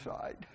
side